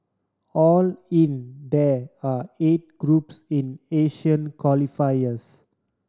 all in there are eight groups in Asian qualifiers